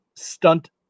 stunt